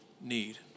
need